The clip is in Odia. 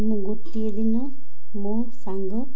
ମୁଁ ଗୋଟିଏ ଦିନ ମୋ ସାଙ୍ଗ